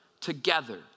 together